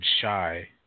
shy